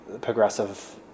progressive